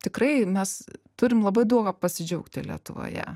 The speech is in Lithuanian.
tikrai mes turim labai daug kuo pasidžiaugti lietuvoje